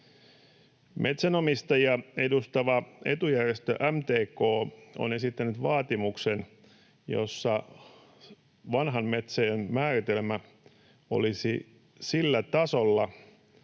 Metsänomistajia edustava etujärjestö MTK on esittänyt vaatimuksen, jossa vanhan metsän määritelmä olisi sillä tasolla,